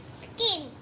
skin